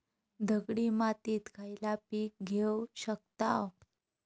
दगडी मातीत खयला पीक घेव शकताव?